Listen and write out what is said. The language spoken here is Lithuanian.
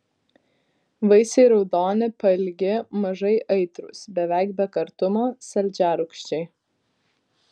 vaisiai raudoni pailgi mažai aitrūs beveik be kartumo saldžiarūgščiai